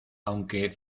aunque